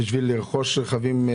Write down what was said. כדי לרכוש רכבים.